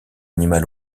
animale